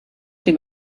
dem